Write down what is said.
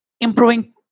improving